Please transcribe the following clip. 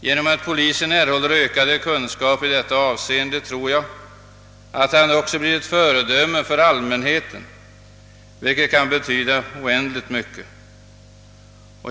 Genom att polisen erhåller ökade kunskaper i detta avseende tror jag att den också kommer att bli ett föredöme för allmänheten, vilket kan betyda oändligt mycket.